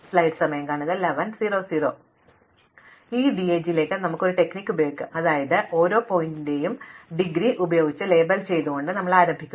അതിനാൽ ഈ DAG ലേക്ക് നമുക്ക് തന്ത്രം പ്രയോഗിക്കാം അതിനാൽ ഓരോ ശീർഷകത്തെയും ഡിഗ്രി ഉപയോഗിച്ച് ലേബൽ ചെയ്തുകൊണ്ടാണ് ഞങ്ങൾ ആദ്യം ആരംഭിക്കുന്നത്